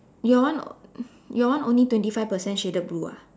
your one your one only twenty five percent shaded blue ah